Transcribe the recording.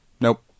nope